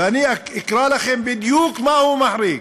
ואני אקרא לכם בדיוק מה הוא מחריג,